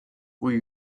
will